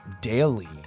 daily